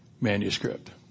manuscript